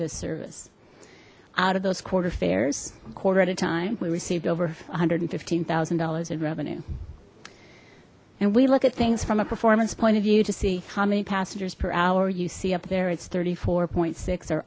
this service out of those quarter fares quarter at a time we received over one hundred and fifteen thousand dollars in revenue and we look at things from a performance point of view to see how many passengers per hour you see up there it's thirty four point six or